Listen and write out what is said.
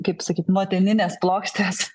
kaip sakyt motininės plokštės